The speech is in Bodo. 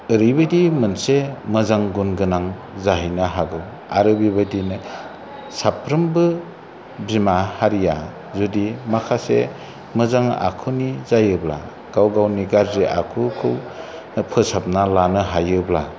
ओरैबायदि मोनसे मोजां गुन गोनां जाहैनो हागौ आरो बेबायदिनो साफ्रोमबो बिमा हारिया जुदि माखासे मोजां आखुनि जायोब्ला गाव गावनि गाज्रि आखुखौ फोसाबना लानो हायोब्ला